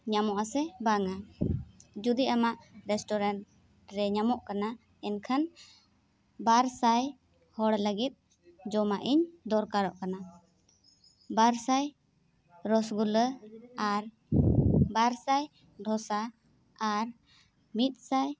ᱧᱟᱢᱚᱜᱼᱟ ᱥᱮ ᱵᱟᱝᱟ ᱡᱩᱫᱤ ᱟᱢᱟᱜ ᱨᱮᱥᱴᱚᱨᱮᱱᱴ ᱨᱮ ᱧᱟᱢᱚᱜ ᱠᱟᱱᱟ ᱮᱱᱚᱠᱷᱟᱱ ᱵᱟᱨᱥᱟᱭ ᱦᱚᱲ ᱞᱟᱹᱜᱤᱫ ᱡᱚᱢᱟᱜ ᱤᱧ ᱫᱚᱨᱠᱟᱨᱚᱜ ᱠᱟᱱᱟ ᱵᱟᱨᱥᱟᱭ ᱨᱚᱥᱜᱩᱞᱞᱟᱹ ᱟᱨ ᱵᱟᱨᱥᱟᱭ ᱫᱷᱚᱥᱟ ᱟᱨ ᱢᱤᱫᱥᱟᱭ